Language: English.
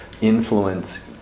influence